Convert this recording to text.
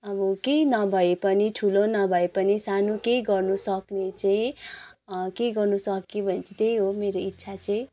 अब केही नभए पनि ठुलो नभए पनि सानो केही गर्नु सक्ने चाहिँ केही गर्नु सक्यो भने चाहिँ त्यही हो मेरो इच्छा चाहिँ